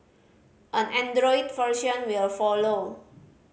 an Android version will follow